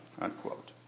unquote